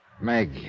Meg